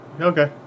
Okay